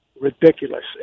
Ridiculous